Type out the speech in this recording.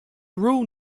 rule